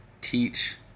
teach